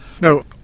No